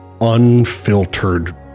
unfiltered